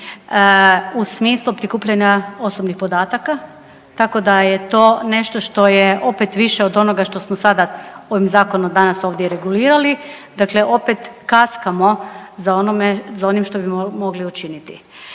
u smislu prikupljanja osobnih podataka tako da je to nešto što je opet više od onoga što smo sada ovim zakonom danas ovdje regulirali. Dakle, opet kaskamo za onome, za onim što bi mogli učiniti.